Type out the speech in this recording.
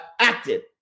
acted